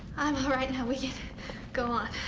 i'm alright now, we can go on.